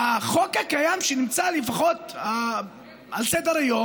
החוק הקיים, שנמצא לפחות על סדר-היום,